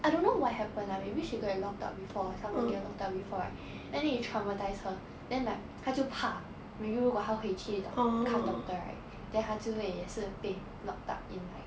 I don't know what happen lah maybe she could have locked up before or someone get locked up before right and then you traumatised her then like 他就怕 maybe 如果她回去看 doctor right then 他就会也是被 locked up in like